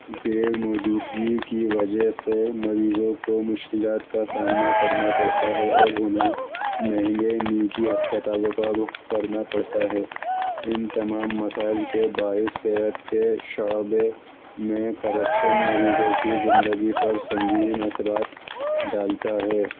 غیر موجودگی کی وجہ سے مریضوں کو مشکلات کا سامنا کرنا پڑتا ہے اور انہیں مہنگے نجی ہسپتالوں کا رخ کرنا پڑتا ہے ان تمام مسائل کے باعث صحت کے شعبے میں کرپشن مریضوں کی زندگی پر سنگین اثرات ڈالتا ہے